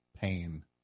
Pain